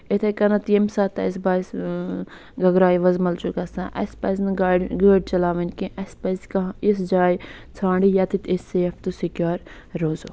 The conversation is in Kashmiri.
یِتھٕے کٔنٮ۪تھ ییٚمہِ ساتہٕ تہِ اَسہِ باسہِ گگراے وُزمل چھِ گَژھان اَسہِ پَزٕ نہٕ گاڑِ گٲڑۍ چلاوٕنۍ کیٚنٛہہ اَسہِ پَزِ کانٛہہ اِژھ جاے ژھانٛڈٕنۍ یَتیٚتھ أسۍ سیٚف تہٕ سِکیور روزو